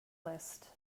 list